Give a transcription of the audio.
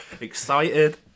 excited